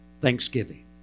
thanksgiving